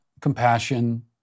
compassion